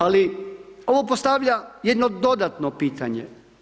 Ali ovo postavlja jedno dodatno pitanje.